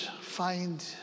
find